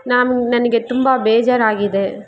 ನಾನು ನನಗೆ ತುಂಬ ಬೇಜಾರಾಗಿದೆ